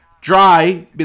dry